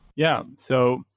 yeah. so,